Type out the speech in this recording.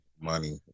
money